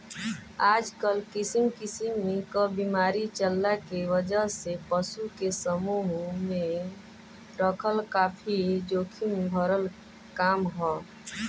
आजकल किसिम किसिम क बीमारी चलला के वजह से पशु के समूह में रखल काफी जोखिम भरल काम ह